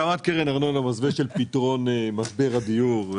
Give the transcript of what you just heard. הקמת קרן ארנונה במסווה של פתרון משבר הדיור.